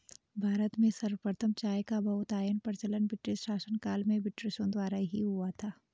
भारत में सर्वप्रथम चाय का बहुतायत प्रचलन ब्रिटिश शासनकाल में ब्रिटिशों द्वारा ही हुआ था